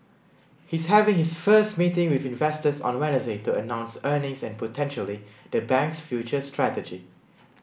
he's having his first meeting with investors on Wednesday to announce earnings and potentially the bank's future strategy